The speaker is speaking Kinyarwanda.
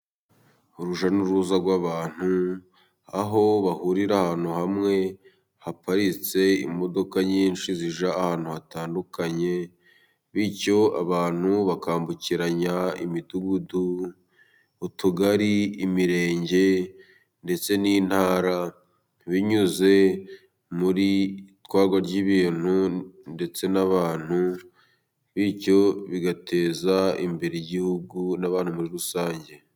Urujya n'uruza rw'abantu, aho bahurira ahantu hamwe haparitse imodoka nyinshi zijya ahantu hatandukanye, bityo abantu bakambukiranya imidugudu, utugari, imirenge ndetse n'intara, binyuze mu itwagwa ry'ibintu ndetse n'abantu, bityo bigateza imbere igihugu n'abantu muri rusange.